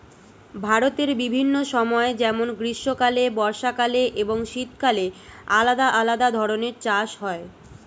ভারতের বিভিন্ন সময় যেমন গ্রীষ্মকালে, বর্ষাকালে এবং শীতকালে আলাদা আলাদা ধরনের চাষ হয়